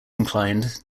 inclined